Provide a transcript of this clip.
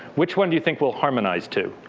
which one do you think we'll harmonize to.